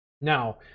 Now